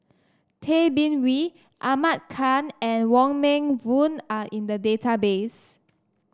Tay Bin Wee Ahmad Khan and Wong Meng Voon are in the database